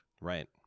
Right